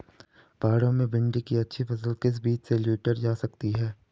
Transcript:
पहाड़ों में भिन्डी की अच्छी फसल किस बीज से लीटर जा सकती है?